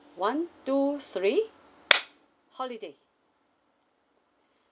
one two three holiday